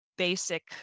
Basic